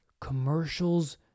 Commercials